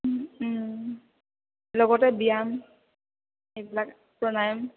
লগতে ব্যায়াম এইবিলাক প্ৰাণায়াম